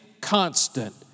constant